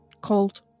cold